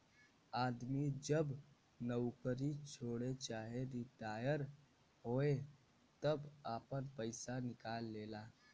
आदमी जब नउकरी छोड़े चाहे रिटाअर होए तब आपन पइसा निकाल लेला